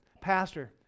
Pastor